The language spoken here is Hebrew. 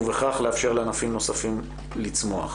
ובכך, לאפשר לענפים נוספים לצמוח.